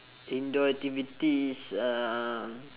indoor activities uh